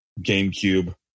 GameCube